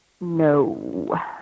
No